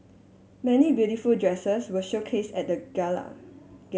many beautiful dresses were showcase at gala